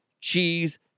cheese